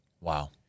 Wow